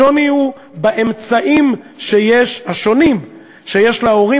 השוני הוא באמצעים השונים שיש להורים